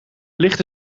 ligt